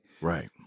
Right